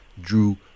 drew